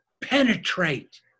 penetrate